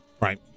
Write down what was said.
Right